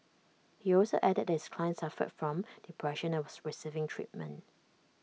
he also added that his client suffered from depression and was receiving treatment